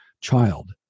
child